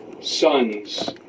sons